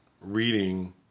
reading